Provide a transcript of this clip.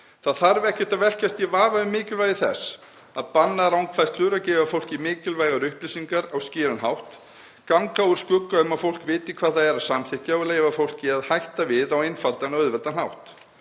Það þarf ekkert að velkjast í vafa um mikilvægi þess að banna rangfærslur, að gefa fólki mikilvægar upplýsingar á skýran hátt, ganga úr skugga um að fólk viti hvað það er að samþykkja og leyfa fólki að hætta við á einfaldan og auðveldan hátt.